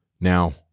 Now